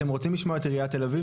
אתם רוצים לשמוע את עיריית תל אביב,